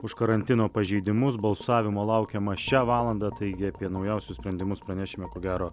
už karantino pažeidimus balsavimo laukiama šią valandą taigi apie naujausius sprendimus pranešime ko gero